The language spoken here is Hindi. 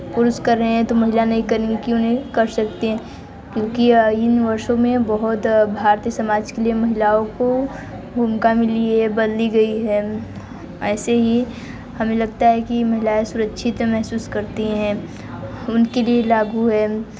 पुरुष कर रहे हैं तो महिला नहीं करेंगे क्यों नहीं कर सकते हैं क्योंकि इन वर्षों में बहुत भारतीय समाज के लिए महिलाओं को भूमिका मिली है बदली गई है ऐसे ही हमें लगता है कि महिलाएं सुरक्षित महसूस करती हैं उनके लिए लागू है